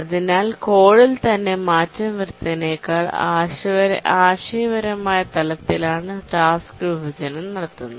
അതിനാൽ കോഡിൽ തന്നെ മാറ്റം വരുത്തുന്നതിനേക്കാൾ ആശയപരമായ തലത്തിലാണ് ടാസ്ക് വിഭജനം നടത്തുന്നത്